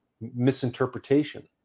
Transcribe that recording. misinterpretation